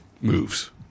moves